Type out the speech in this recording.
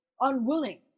unwilling